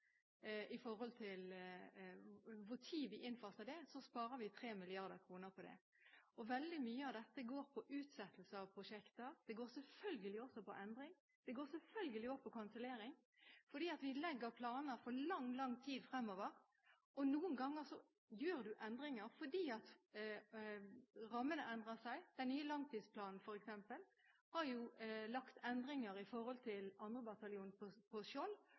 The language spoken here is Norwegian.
det. Veldig mye går på utsettelser av prosjekter, det går selvfølgelig på endringer, og det går selvfølgelig også på kanselleringer. Vi legger planer for lang, lang tid fremover, og noen ganger gjør en endringer fordi rammene endrer seg. Den nye langtidsplanen f.eks. har gjort endringer vedrørende 2. bataljon på Skjold og hvilke typer utstyr og materiell som skulle innkjøpes til